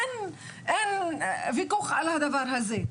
אין וויכוח על הדבר הזה,